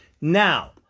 Now